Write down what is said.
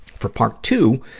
for part two,